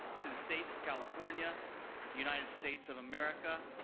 to the state of california, the united states of america,